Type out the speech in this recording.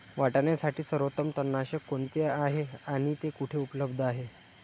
वाटाण्यासाठी सर्वोत्तम तणनाशक कोणते आहे आणि ते कुठे उपलब्ध आहे?